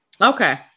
Okay